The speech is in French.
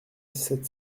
sept